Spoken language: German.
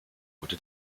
wurde